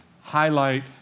highlight